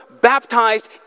baptized